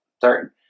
third